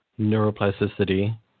neuroplasticity